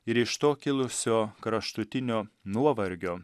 ir iš to kilusio kraštutinio nuovargio